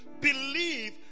believe